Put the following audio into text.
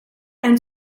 and